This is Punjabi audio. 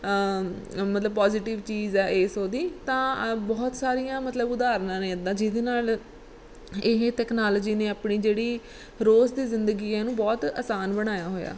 ਮਤਲਬ ਪੋਜ਼ੀਟਿਵ ਚੀਜ਼ ਹੈ ਇਹ ਉਹਦੀ ਤਾਂ ਬਹੁਤ ਸਾਰੀਆਂ ਮਤਲਬ ਉਦਾਹਰਨਾਂ ਨੇ ਇੱਦਾਂ ਜਿਹਦੇ ਨਾਲ ਇਹ ਤਕਨਾਲੋਜੀ ਨੇ ਆਪਣੀ ਜਿਹੜੀ ਰੋਜ਼ ਦੀ ਜ਼ਿੰਦਗੀ ਹੈ ਇਹਨੂੰ ਬਹੁਤ ਆਸਾਨ ਬਣਾਇਆ ਹੋਇਆ